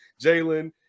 Jalen